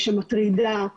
כמעט